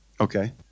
Okay